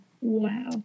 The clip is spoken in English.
Wow